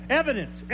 evidence